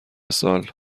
سال